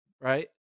right